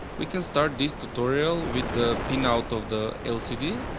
we can start this tutorial with the pin-out of the lcd.